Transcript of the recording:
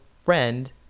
friend